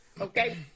okay